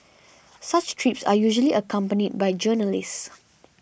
such trips are usually accompanied by journalists